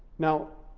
now,